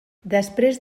després